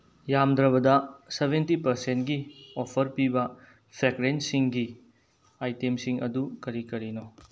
ꯌꯥꯝꯗ꯭ꯔꯕꯗ ꯁꯚꯦꯟꯇꯤ ꯄꯔꯁꯦꯟꯒꯤ ꯑꯣꯐꯔ ꯄꯤꯕ ꯐ꯭ꯔꯦꯒꯅꯦꯟꯁꯁꯤꯡꯒꯤ ꯑꯥꯏꯇꯦꯝꯁꯤꯡ ꯑꯗꯨ ꯀꯔꯤ ꯀꯔꯤꯅꯣ